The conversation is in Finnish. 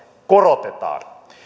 korotetaan